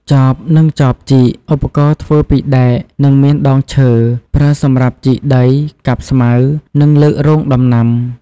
ចប និងចបជីក ឧបករណ៍ធ្វើពីដែក និងមានដងឈើ។ ប្រើសម្រាប់ជីកដី កាប់ស្មៅ និងលើករងដំណាំ។